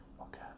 Okay